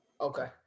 okay